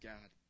God